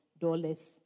dollars